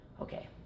okay